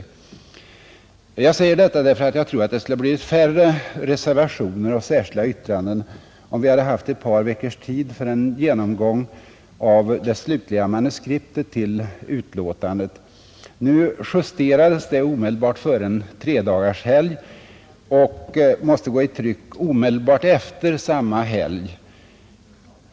Jag säger detta därför att jag tror att det skulle ha blivit färre reservationer och särskilda yttranden, om vi hade haft ett par veckors tid för en genomgång av det slutliga manuskriptet till betänkandet. Nu justerades det omedelbart före en tredagarshelg och måste gå i tryck omedelbart efter samma helg.